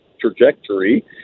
trajectory